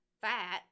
fat